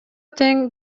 тең